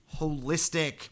holistic